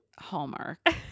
Hallmark